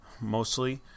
mostly